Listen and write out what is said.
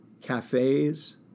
cafes